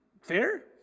Fair